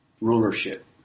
rulership